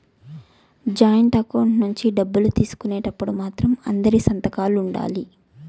joint account నుంచి డబ్బులు తీసుకునేటప్పుడు మాత్రం అందరి సంతకాలు ఉండాలి